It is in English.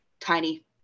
tiny